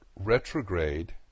retrograde